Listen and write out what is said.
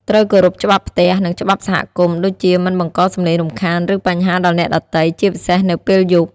ត្រូវគោរពច្បាប់ផ្ទះ និងច្បាប់សហគមន៍ ដូចជាមិនបង្កសំឡេងរំខាន ឬបញ្ហាដល់អ្នកដទៃ ជាពិសេសនៅពេលយប់។